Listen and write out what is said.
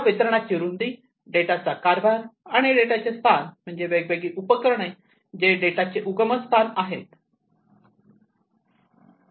data वितरणाची रुंदी data चा कारभार आणि डेटा चे स्थान म्हणजे वेगवेगळी उपकरणे जे डेटा चे उगमस्थान आहेत